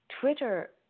Twitter